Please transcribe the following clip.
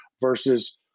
versus